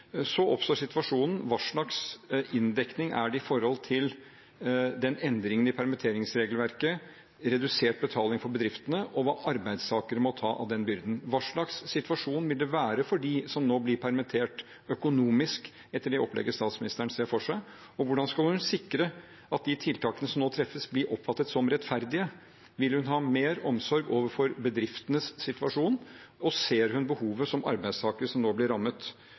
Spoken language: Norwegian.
hva slags inndekning er det i forhold til den endringen i permitteringsregelverket i redusert betaling for bedriftene? Hva må arbeidstakerne ta av den byrden? Hva slags situasjon vil det være økonomisk for dem som nå blir permittert, etter det opplegget statsministeren ser for seg? Og hvordan skal hun sikre at de tiltakene som nå treffes, blir oppfattet som rettferdige? Vil hun ha mer omsorg overfor bedriftenes situasjon? Ser hun behovet som arbeidstakere som nå blir rammet,